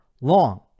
long